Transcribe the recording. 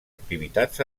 activitats